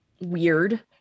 weird